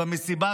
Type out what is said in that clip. במסיבה,